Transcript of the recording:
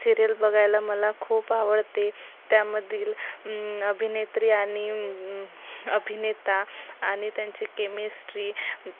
serial बघायला मला खूप आवडते त्यामधील अभिनेत्री आणि अभिनेता आणि त्यांची केमिस्ट्री